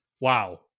Wow